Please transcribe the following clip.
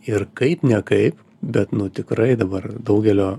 ir kaip ne kaip bet nu tikrai dabar daugelio